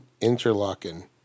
interlocking